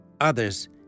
Others